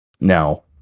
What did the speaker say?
Now